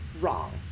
wrong